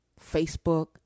Facebook